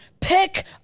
pick